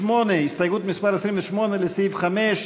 הסתייגות מס' 28, לסעיף 5,